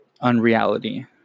unreality